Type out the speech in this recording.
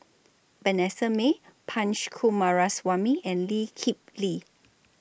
Vanessa Mae Punch Coomaraswamy and Lee Kip Lee